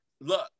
Look